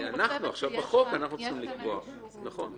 אנחנו עכשיו בחוק צריכים לקבוע, נכון.